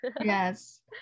Yes